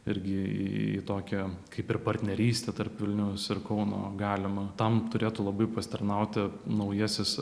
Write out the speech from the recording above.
irgi į tokia kaip ir partnerystę tarp vilniaus ir kauno galimą tam turėtų labai pasitarnauti naujasis